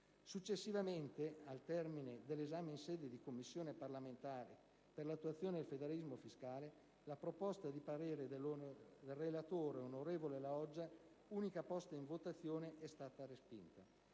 Successivamente, al termine dell'esame in sede di Commissione parlamentare per l'attuazione del federalismo fiscale, la proposta di parere del relatore, onorevole La Loggia, unica posta in votazione, è stata respinta.